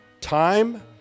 Time